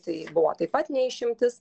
tai buvo taip pat ne išimtis